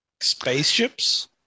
Spaceships